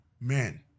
men